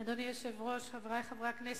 אדוני היושב-ראש, חברי חברי הכנסת,